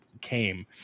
came